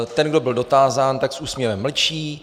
Ten, kdo byl dotázán, tak s úsměvem mlčí.